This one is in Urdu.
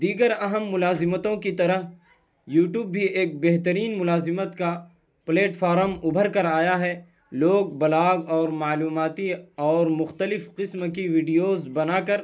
دیگر اہم ملازمتوں کی طرح یوٹیوب بھی ایک بہترین ملازمت کا پلیٹفارم ابھر کر آیا ہے لوگ بلاگ اور معلوماتی اور مختلف قسم کی ویڈیوز بنا کر